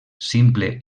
simple